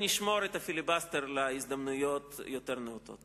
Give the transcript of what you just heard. נשמור את הפיליבסטר להזדמנויות נאותות יותר.